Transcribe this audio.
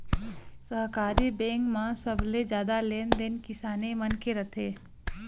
सहकारी बेंक म सबले जादा लेन देन किसाने मन के रथे